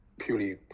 purely